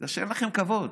בגלל שאין לכם כבוד.